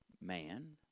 man